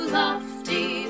lofty